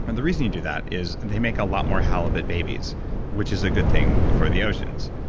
and the reason you do that is they make a lot more halibut babies which is a good thing for the oceans.